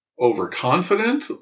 overconfident